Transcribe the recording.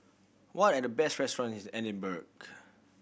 what are the best restaurants in Edinburgh